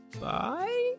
bye